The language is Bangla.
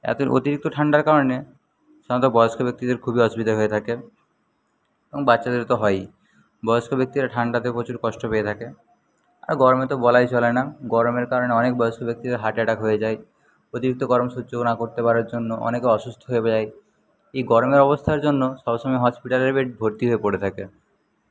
এত অতিরিক্ত ঠাণ্ডার কারণে সাধারণত বয়স্ক ব্যক্তিদের খুবই অসুবিধা হয়ে থাকে এবং বাচ্চাদের তো হয়ই বয়স্ক ব্যক্তিরা ঠাণ্ডাতে প্রচুর কষ্ট পেয়ে থাকে আর গরমে তো বলাই চলে না গরমের কারণে অনেক বয়স্ক ব্যক্তিদের হার্ট অ্যাটাক হয়ে যায় অতিরিক্ত গরম সহ্য না করতে পারার জন্য অনেকে অসুস্থ হয়ে যায় এই গরমের অবস্থার জন্য সবসময় হসপিটালের বেড ভর্তি হয়ে পড়ে থাকে